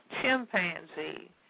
chimpanzee